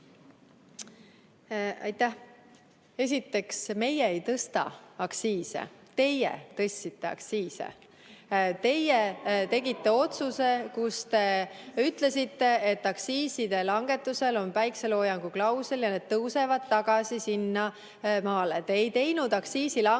Aitäh! Esiteks, meie ei tõsta aktsiise, teie tõstsite aktsiise. Teie tegite otsuse, kus te ütlesite, et aktsiiside langetusel on päikeseloojangu klausel ja need tõusevad tagasi sinnamaale. Te ei teinud aktsiisilangetust